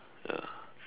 ya